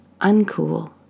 uncool